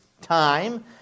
time